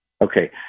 Okay